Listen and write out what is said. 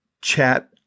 chat